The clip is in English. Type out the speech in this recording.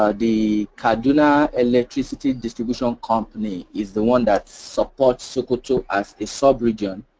um the kurdula electricity distribution um company is the one that supports sokoto as a sub region,